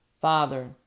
Father